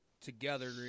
together